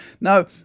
Now